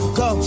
go